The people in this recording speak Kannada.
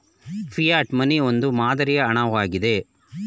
ಫಿಯೆಟ್ ಮನಿ ಒಂದು ಮಾದರಿಯ ಹಣ ವಾಗಿದೆ